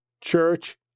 church